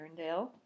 Arendelle